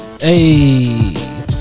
Hey